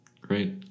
great